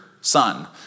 son